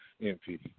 MP